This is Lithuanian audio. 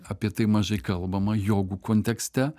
apie tai mažai kalbama jogų kontekste